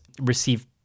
receive